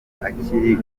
akiri